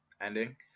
ending